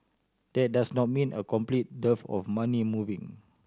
that does not mean a complete dearth of money moving